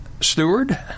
steward